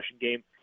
game